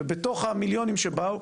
בתוך המיליונים שבאו,